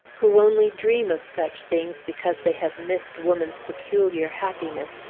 who only dream of such things because they have missed woman's peculiar happiness,